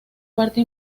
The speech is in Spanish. parte